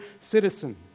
citizen